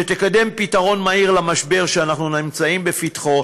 שתקדם פתרון מהיר למשבר שאנחנו נמצאים בפתחו,